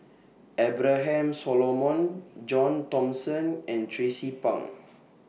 Abraham Solomon John Thomson and Tracie Pang